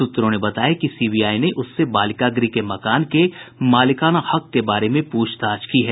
सूत्रों ने बताया कि सीबीआई ने उससे बालिका गृह के मकान के मालिकाना हक के बारे में प्रछताछ की है